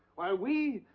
while we,